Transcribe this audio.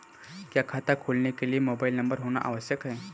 क्या खाता खोलने के लिए मोबाइल नंबर होना आवश्यक है?